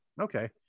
okay